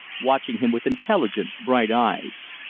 watching him with intelligent, bright eyes.